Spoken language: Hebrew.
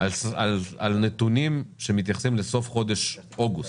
על נתונים שמתייחסים לסוף חודש אוגוסט,